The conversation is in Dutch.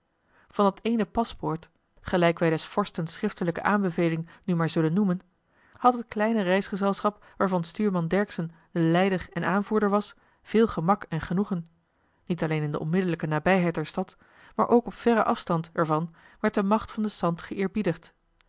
van dat eene paspoort gelijk wij des vorsten joh h been paddeltje de scheepsjongen van michiel de ruijter schriftelijke aanbeveling nu maar zullen noemen had het kleine reisgezelschap waarvan stuurman dercksen de leider en aanvoerder was veel gemak en genoegen niet alleen in de onmiddellijke nabijheid der stad maar ook op verren afstand er van werd de macht van den